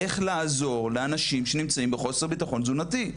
איך לעזור לאנשים שנמצאים בחוסר ביטחון תזונתי,